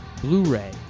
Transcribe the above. blu-ray